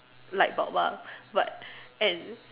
light bulb but and